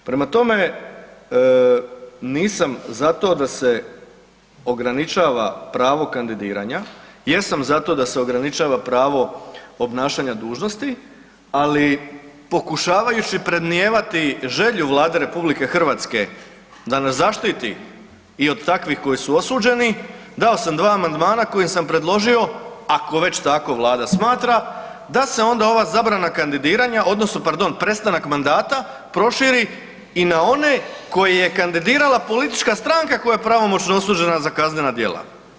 Prema tome, nisam zato da se ograničava pravo kandidiranja, jesam zato da se ograničava pravo obnašanja dužnosti, ali pokušavajući predmnijevati želju Vlade RH da nas zaštiti i od takvih koji su osuđeni dao sam dva amandmana kojim sam predložio ako već tako vlada smatra da se onda ova zabrana kandidiranja odnosno pardon prestanak mandata proširi i na one koje je kandidirala politička stranka koja je pravomoćno osuđena za kaznena djela.